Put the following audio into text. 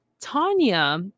Tanya